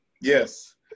Yes